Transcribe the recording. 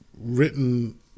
written